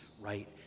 right